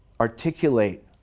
articulate